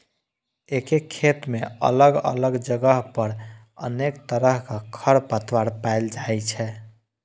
एके खेत मे अलग अलग जगह पर अनेक तरहक खरपतवार पाएल जाइ छै